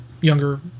Younger